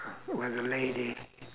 well a lady